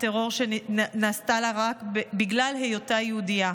הטרור שנעשה לה רק בגלל היותה יהודייה.